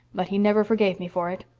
but he never forgave me for it.